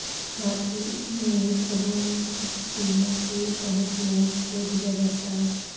छात्रलोन में एक समय सीमा के तहत लोन को दिया जाता है